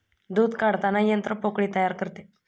दूध काढताना यंत्र पोकळी तयार करते